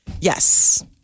yes